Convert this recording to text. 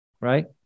Right